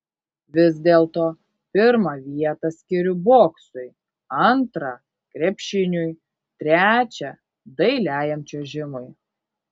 vis dėlto pirmą vietą skiriu boksui antrą krepšiniui trečią dailiajam čiuožimui